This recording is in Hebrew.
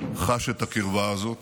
חש את הקרבה הזאת.